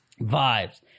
Vibes